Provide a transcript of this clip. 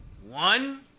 one